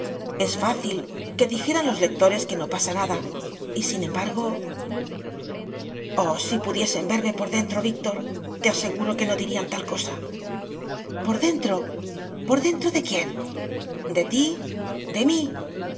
es fácil que dijeran los lectores que no pasa nada y sin embargo oh si pudiesen verme por dentro víctor te aseguro que no dirían tal cosa por dentro por dentro de quién de ti de mí